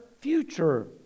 future